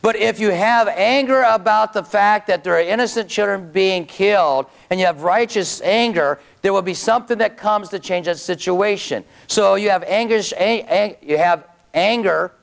but if you have anger about the fact that there are innocent children being killed and you have righteous anger there will be something that comes to change that situation so you have anger a and you have anger